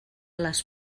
les